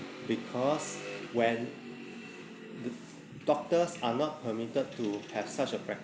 because when the doctors are not permitted to have such a practice